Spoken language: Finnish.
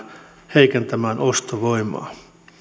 heikentämään ostovoimaa